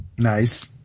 Nice